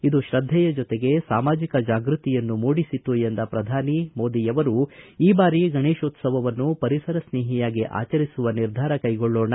ಇದು ಶ್ರದ್ಧೆಯ ಜೊತೆಗೆ ಸಾಮಾಜಿಕ ಜಾಗೃತಿಯನ್ನು ಮೂಡಿಸಿತು ಎಂದ ಪ್ರಧಾನಿ ಮೋದಿಯವರು ಈ ಬಾರಿ ಗಣೇಶೋತ್ಸವನ್ನು ಪರಿಸರ ಸ್ನೇಹಿಯಾಗಿ ಆಚರಿಸುವ ನಿರ್ಧಾರ ಕೈಗೊಳ್ಳೋಣ